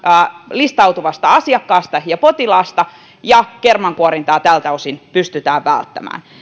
listautuvasta asiakkaasta ja potilaasta ja kermankuorintaa tältä osin pystytään välttämään